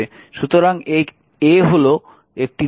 সুতরাং এই a হল একটি নোড